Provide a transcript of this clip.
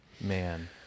Man